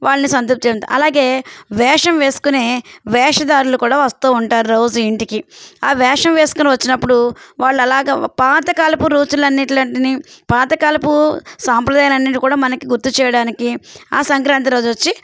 వాళ్ళని సంతృప్తి చెంది అలాగే అలాగే వేషం వేసుకునే వేషదారులు కూడా వస్తూ ఉంటారు రోజూ ఇంటికి ఆ వేషం వేసుకొని వచ్చినప్పుడు వాళ్ళు అలాగా పాతకాలపు రోజులన్నింటినీ పాతకాలపు సాంప్రదాయాలన్నింటినీ కూడా మనకి గుర్తు చేయడానికి ఆ సంక్రాంతి రోజు వచ్చి